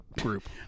group